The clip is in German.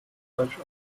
falsch